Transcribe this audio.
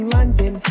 London